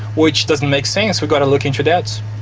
which doesn't make sense. we've got to look into that.